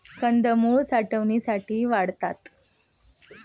कंदमुळं साठवणीसाठी वाढतात